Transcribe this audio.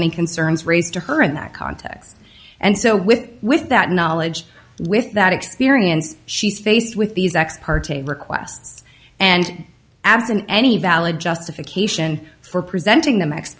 any concerns raised to her in that context and so with with that knowledge with that experience she's faced with these ex parte requests and absent any valid justification for presenting them ex